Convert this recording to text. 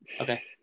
okay